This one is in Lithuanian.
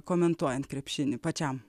komentuojant krepšinį pačiam